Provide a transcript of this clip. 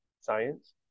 science